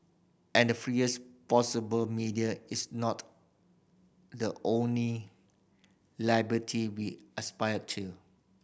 and the freest possible media is not the only liberty we aspire to